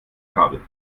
kabel